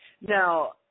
Now